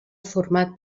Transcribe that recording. format